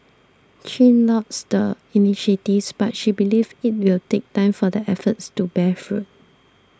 Chin lauds the initiatives but she believes it will take time for the efforts to bear fruit